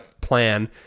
plan